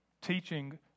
teaching